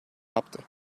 yaptı